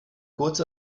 kurz